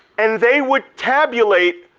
and they would tabulate,